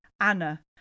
Anna